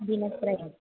दिनत्रयम्